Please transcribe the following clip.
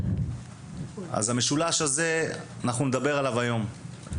אז המשולש הזה אנחנו נדבר עליו היום.